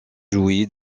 jouit